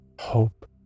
hope